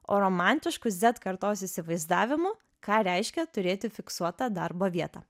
o romantišku zed kartos įsivaizdavimu ką reiškia turėti fiksuotą darbo vietą